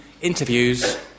interviews